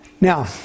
Now